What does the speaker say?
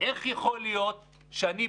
ולראות שאנחנו